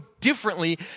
differently